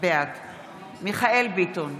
בעד מיכאל מרדכי ביטון,